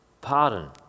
pardon